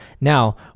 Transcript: Now